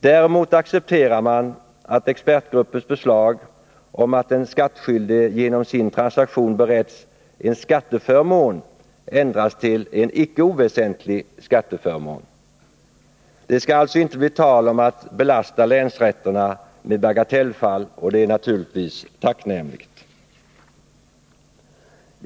Däremot accepterar man att expertgruppens förslag om att den skattskyldige genom sin transaktion beretts en ”skatteförmån” ändras till ”en icke oväsentlig skatteförmån”. Det skall alltså inte bli tal om att belasta länsrätterna med bagatellfall, och det är naturligtvis tacknämligt.